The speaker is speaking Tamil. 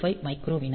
085 மைக்ரோ விநாடி